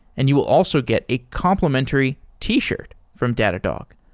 and you will also get a complementary t-shirt from datadog.